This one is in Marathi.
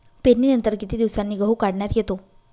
पेरणीनंतर किती दिवसांनी गहू काढण्यात येतो?